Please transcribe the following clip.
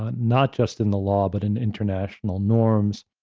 ah not just in the law, but and international norms,